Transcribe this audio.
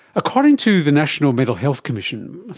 according to the national mental health commission,